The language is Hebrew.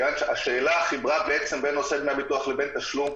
מכיוון שהשאלה חיברה בין נושא דמי הביטוח לבין תשלום